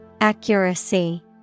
Accuracy